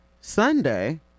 Sunday